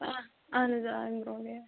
آ اَہَن حظ آ امہِ برٛونٛہہ گٔیو